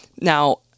Now